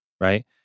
right